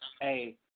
Hey